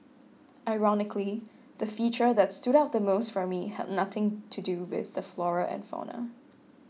ironically the feature that stood out the most for me had nothing to do with the flora and fauna